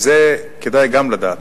את זה כדאי גם לדעת,